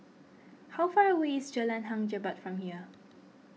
how far away is Jalan Hang Jebat from here